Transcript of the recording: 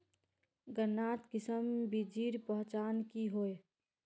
गन्नात किसम बिच्चिर पहचान की होय?